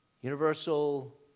Universal